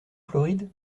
floride